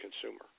consumer